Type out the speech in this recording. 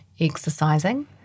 exercising